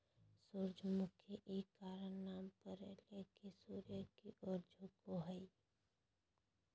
सूरजमुखी इ कारण नाम परले की सूर्य की ओर झुको हइ